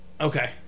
Okay